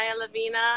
Lavina